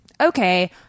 okay